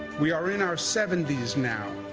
we are in our seventy s now,